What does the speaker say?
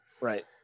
right